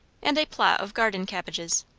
and a plot of garden cabbages.